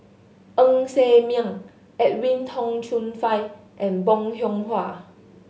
Ng Ser Miang Edwin Tong Chun Fai and Bong Hiong Hwa